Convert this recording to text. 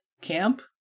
camp